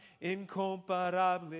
incomparable